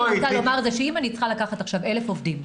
מה שאני רוצה לומר זה שאם אני צריכה לקחת עכשיו 1,000 עובדים,